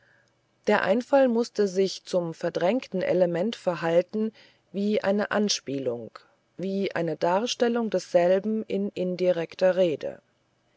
der einfall mußte sich zum verdrängten element verhalten wie eine anspielung wie eine darstellung desselben in indirekter rede